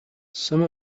some